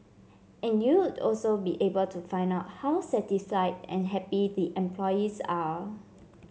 and you'd also be able to find out how satisfied and happy the employees are